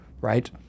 right